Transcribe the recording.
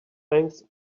thanks